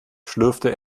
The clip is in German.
schlürfte